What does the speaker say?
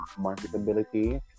marketability